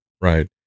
Right